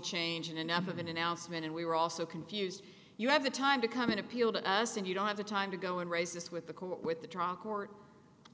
change enough of an announcement and we were also confused you have the time to come in appeal to us and you don't have the time to go and raise this with the court with the trial court